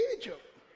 Egypt